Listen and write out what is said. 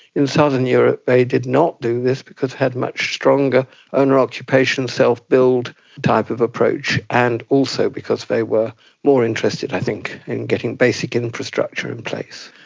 in southern europe they did not do this because they had much stronger owner-occupation self-build type of approach, and also because they were more interested i think in getting basic infrastructure in place.